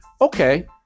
Okay